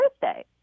birthday